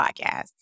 podcast